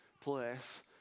place